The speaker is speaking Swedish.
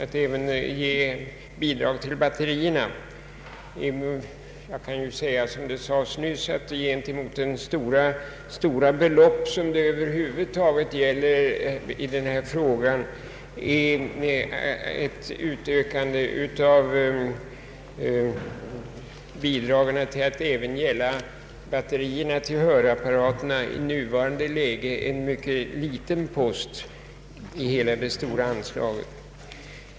I förhållande till de stora belopp som det här är fråga om är, som det nyss sades i ett annat sammanhang, ett utökande av bidragen till att gälla även batterierna till hörapparater i nuvarande läge en mycket liten post.